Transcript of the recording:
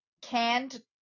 canned